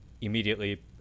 immediately